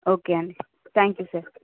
okay అండి thank you sir